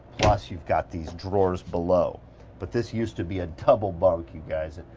plus, you've got these drawers below but this used to be a double bunk you guys,